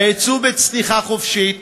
היצוא בצניחה חופשית,